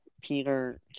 Peter